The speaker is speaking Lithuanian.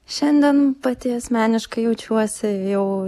šiandien pati asmeniškai jaučiuosi jau